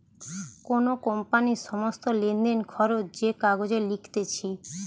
কোন কোম্পানির সমস্ত লেনদেন, খরচ যে কাগজে লিখতিছে